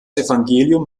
evangelium